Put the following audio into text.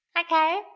Okay